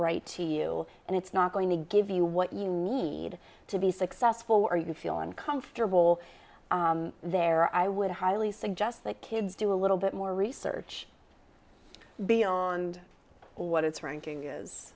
right to you and it's not going to give you what you need to be successful or you can feel uncomfortable there i would highly suggest that kids do a little bit more research beyond what it's ranking is